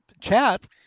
chat